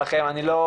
כנגדם.